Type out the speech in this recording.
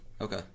Okay